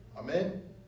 Amen